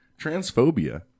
Transphobia